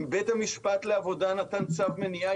בית המשפט לעבודה נתן צו מניעה,